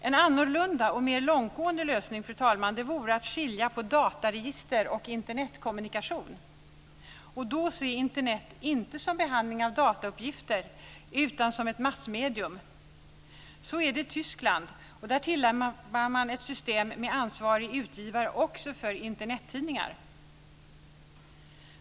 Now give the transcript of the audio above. En annorlunda och mer långtgående lösning, fru talman, vore att skilja på dataregister och Internetkommunikation och då se Internet inte som behandling av datauppgifter utan som ett massmedium. Så är det i Tyskland, där man tillämpar ett system med ansvarig utgivare också för Internettidningar.